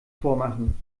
vormachen